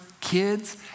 kids